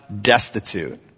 destitute